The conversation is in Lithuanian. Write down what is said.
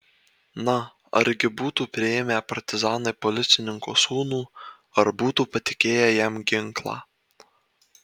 na argi būtų priėmę partizanai policininko sūnų ar būtų patikėję jam ginklą